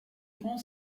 grand